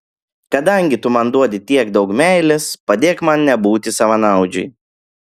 kadangi tu man duodi tiek daug meilės padėk man nebūti savanaudžiui